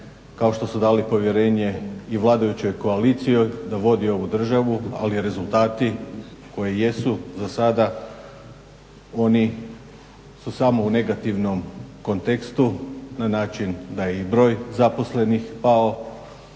kao što su dali povjerenje i vladajućoj koaliciji da vodi ovu državu, ali rezultati koji jesu za sada, oni su samo u negativnom kontekstu na način da je i broj zaposlenih pao,